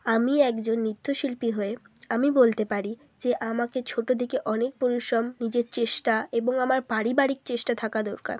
আমি একজন নৃত্য শিল্পী হয়ে আমি বলতে পারি যে আমাকে ছোটো থেকে অনেক পরিশ্রম নিজের চেষ্টা এবং আমার পারিবারিক চেষ্টা থাকা দরকার